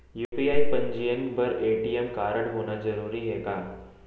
UPI पंजीयन बर ATM कारडहोना जरूरी हे का?